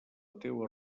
teua